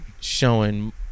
Showing